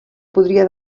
podria